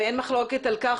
ואין מחלוקת על כך,